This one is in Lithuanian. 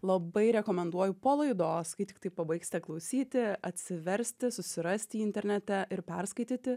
labai rekomenduoju po laidos kai tiktai pabaigsite klausyti atsiversti susirasti jį internete ir perskaityti